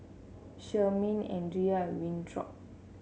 Sherman Andria and Winthrop